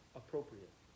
appropriate